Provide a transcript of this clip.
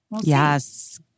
Yes